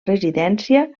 residència